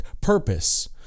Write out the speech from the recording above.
purpose